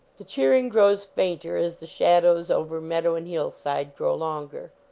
the cheering grows fainter, as the shadows over meadow and hillside grow longer.